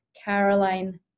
Caroline